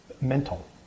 mental